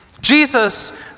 Jesus